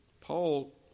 Paul